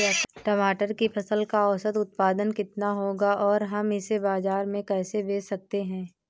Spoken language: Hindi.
टमाटर की फसल का औसत उत्पादन कितना होगा और हम इसे बाजार में कैसे बेच सकते हैं?